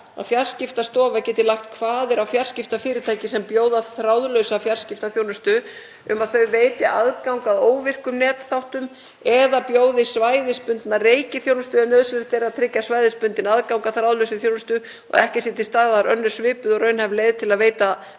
„Fjarskiptastofa getur lagt kvaðir á fjarskiptafyrirtæki sem bjóða þráðlausa fjarskiptaþjónustu um að þau veiti aðgang að óvirkum netþáttum eða bjóði svæðisbundna reikiþjónustu ef nauðsynlegt er að tryggja svæðisbundinn aðgang að þráðlausri þjónustu og að ekki sé til staðar önnur svipuð og raunhæf leið til að veita